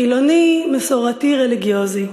חילוני-מסורתי-רליגיוזי,